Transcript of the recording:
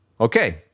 Okay